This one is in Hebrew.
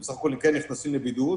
הם כן נכנסים לבידוד.